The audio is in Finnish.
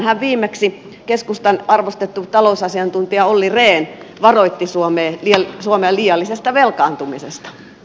tänäänhän viimeksi keskustan arvostettu talousasiantuntija olli rehn varoitti suomea liiallisesta velkaantumisesta